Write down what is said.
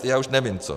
Já už nevím co.